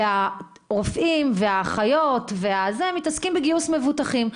והרופאים והאחיות מתעסקים בגיוס מבוטחים.